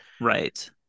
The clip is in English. Right